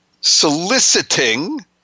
soliciting